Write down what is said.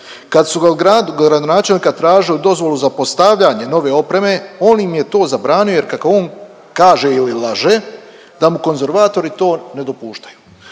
ga u gradu gradonačelnika tražili dozvolu za postavljanje nove opreme, on im je to zabranio jer kako on kaže ili laže da mu konzervatori to ne dopuštaju.